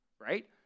right